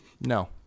No